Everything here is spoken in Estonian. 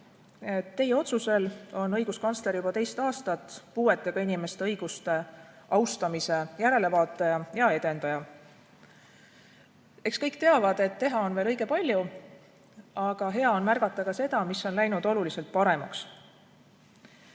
teie otsusel on õiguskantsler juba teist aastat puuetega inimeste õiguste järelevaataja ja edendaja. Eks kõik teavad, et teha on veel õige palju, aga hea on märgata ka seda, mis on läinud oluliselt paremaks.